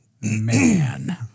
Man